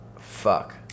Fuck